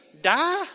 die